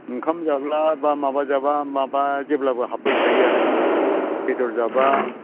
ओंखाम जाब्ला बा माबा जाबा माबा जेब्लाबो हाब्बाय थायो आरो बेदर जाबा